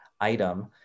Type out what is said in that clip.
item